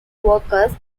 workers